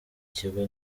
kigo